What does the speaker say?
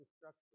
destruction